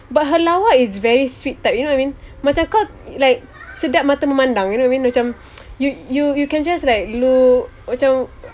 but her lawa is very sweet type you know what I mean macam kau like sedap mata memandang you know what I mean macam you you you can just like look macam